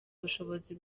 ubushobozi